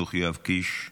החינוך יואב קיש,